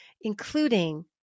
including